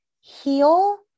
heal